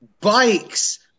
bikes